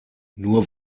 nur